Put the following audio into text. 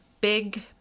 big